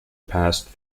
passed